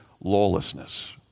lawlessness